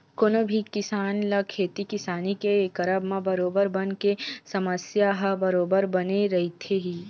कोनो भी किसान ल खेती किसानी के करब म बरोबर बन के समस्या ह बरोबर बने रहिथे ही